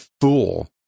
fool